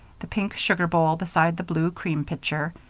the pink sugar bowl beside the blue cream-pitcher,